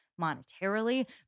monetarily